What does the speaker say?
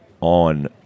on